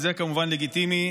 וזה כמובן לגיטימי,